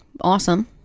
awesome